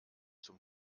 zum